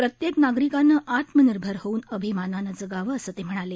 प्रत्येक नागरिकानं आत्मनिर्भर होऊन अभिमानानं जगावं असं ते म्हणाले